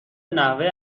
نحوه